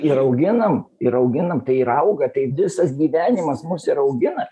ir auginam ir auginam tai ir auga tai visas gyvenimas mus ir augina